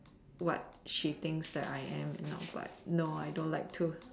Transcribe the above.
what she thinks that I am you know but no I don't like to